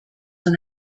than